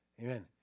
Amen